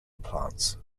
plants